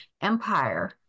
Empire